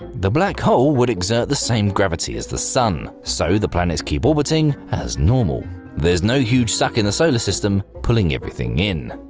the black hole would exert the same gravity as the sun, so the planets keep orbiting as normal. there's no huge suck in the solar system pulling everything in.